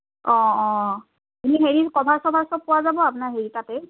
অঁ অঁ এনে হেৰি কভাৰ চভাৰ সব পোৱা যাব আপোনাৰ হেৰি তাতেই